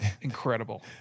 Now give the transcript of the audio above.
Incredible